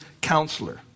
counselor